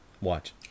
Watch